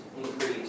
increase